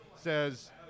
says